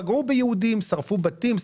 שרפו בתים,